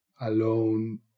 Alone